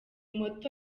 moto